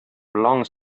belongs